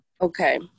Okay